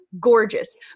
gorgeous